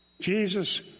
jesus